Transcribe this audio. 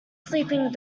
sleeping